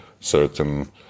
certain